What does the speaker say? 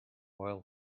oil